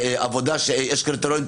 יש קריטריונים.